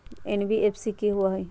NBFC कि होअ हई?